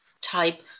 type